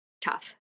tough